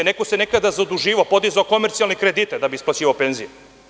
Neko se nekada zaduživao, podizao komercijalne kredite da bi isplaćivao penzije.